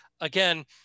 again